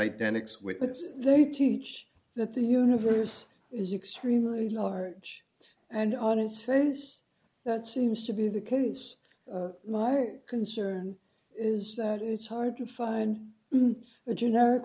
identical whippets they teach that the universe is extremely large and on its face that seems to be the case my concern is that it's hard to find a generic